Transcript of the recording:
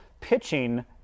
pitching